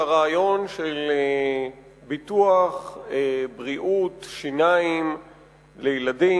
על הרעיון של ביטוח בריאות שיניים לילדים.